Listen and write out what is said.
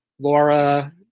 Laura